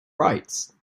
rights